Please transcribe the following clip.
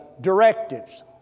directives